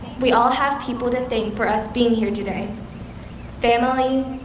we all have people to thank for us being here today family,